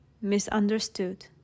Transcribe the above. misunderstood